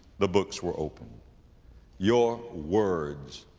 the books were opened your words,